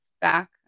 back